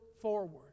forward